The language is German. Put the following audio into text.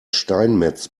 steinmetz